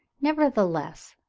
nevertheless,